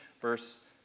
verse